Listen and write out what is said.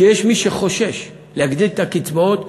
שיש מי שחושש להגדיל את הקצבאות,